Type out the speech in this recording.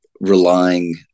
relying